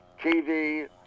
TV